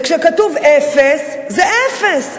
וכשכתוב אפס, זה אפס.